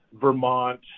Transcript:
Vermont